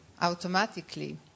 automatically